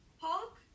Hulk